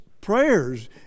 prayers